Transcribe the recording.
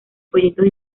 folletos